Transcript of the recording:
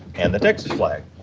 and the texas flag.